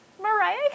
Mariah